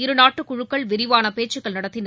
இருநாட்டுக் குழுக்கள் விரிவான பேச்சுக்கள் நடத்தின